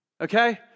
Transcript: Okay